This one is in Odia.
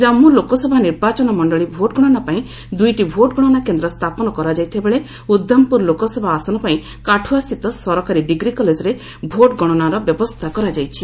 ଜାନ୍ଧୁ ଲୋକସଭା ନିର୍ବାଚନ ମଣ୍ଡଳୀ ଭୋଟ୍ ଗଣନା ପାଇଁ ଦୁଇଟି ଭୋଟ୍ ଗଣନା କେନ୍ଦ୍ର ସ୍ଥାପନ କରାଯାଇ ଥିବା ବେଳେ ଉଧମପୁର ଲୋକସଭା ଆସନ ପାଇଁ କାଠୁଆ ସ୍ଥିତ ସରକାରୀ ଡିଗ୍ରୀ କଲେଜ୍ରେ ଭୋଟ୍ ଗଣନାର ବ୍ୟବସ୍ଥା କରାଯାଇଛି